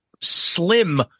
slim